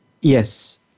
Yes